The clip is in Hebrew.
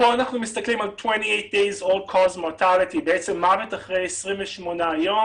אנחנו מסתכלים על מוות אחרי 28 יום,